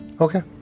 Okay